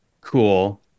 cool